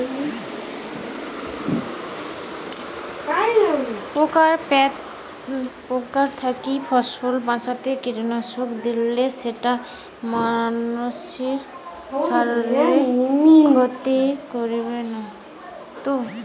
পোকার থাকি ফসল বাঁচাইতে কীটনাশক দিলে সেইটা মানসির শারীরিক ক্ষতি করিবে না তো?